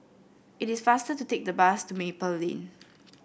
it is faster to take the bus to Maple Lane